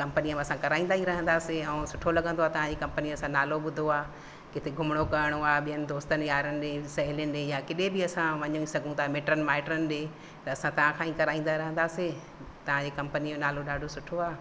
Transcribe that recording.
कंपनीअ में असां कराईंदा रहंदासीं पोइ सुठो लॻंदो आहे तव्हांजी कंपनीअ जो असां नालो ॿुधो आहे किथे घुमणो करिणो आहे ॿियनि दोस्तनि यारनि ॾे सहेलियुनि ॾे या किॾे बि असां वञी सघूं था मिटनि माइटनि ॾे त असां तव्हां खां ई कराईंदा रहंदासीं तव्हां जी कंपनीअ जो नालो ॾाढो सुठो आहे